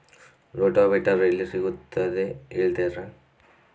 Rotavator ಎಲ್ಲಿ ಸಿಗುತ್ತದೆ ಹೇಳ್ತೇರಾ?